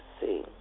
see